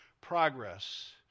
progress